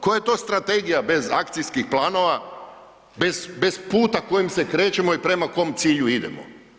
Koja je to strategija bez akcijskih planova, bez puta kojim se krećemo i prema kom cilju idemo.